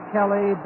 Kelly